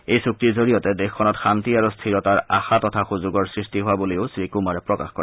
এই চুক্তিৰ জৰিয়তে দেশখনত শান্তি আৰু স্থিৰতাৰ আশা তথা সুযোগৰ সৃষ্টি হোৱা বুলিও শ্ৰীকুমাৰে প্ৰকাশ কৰে